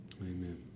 Amen